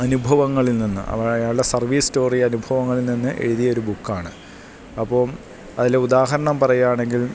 അനുഭവങ്ങളിൽ നിന്ന് അയാളുടെ സർവീസ് സ്റ്റോറി അനുഭവങ്ങളിൽനിന്ന് എഴുതിയൊരു ബുക്കാണ് അപ്പോള് അതിന് ഉദാഹരണം പറയുകയാണെങ്കിൽ